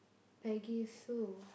Peggy-Sue